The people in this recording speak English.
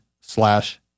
slash